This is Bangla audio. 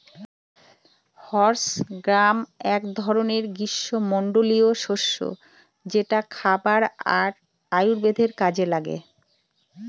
হর্স গ্রাম এক ধরনের গ্রীস্মমন্ডলীয় শস্য যেটা খাবার আর আয়ুর্বেদের কাজে লাগে